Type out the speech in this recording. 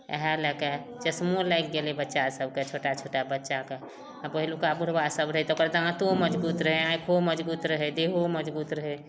इहए लए कऽ चश्मो लागि गेलै बच्चा सबके छोटा छोटा बच्चाके पहिलुक्का बुढ़बा सब रहै तऽ ओकर दांतो मजबूत रहै आँइखो मजबूत रहै देहो मजबूत रहै